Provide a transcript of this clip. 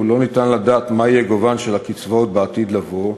הוא שלא ניתן לדעת מה יהיה גובהן של הקצבאות בעתיד לבוא,